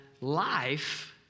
life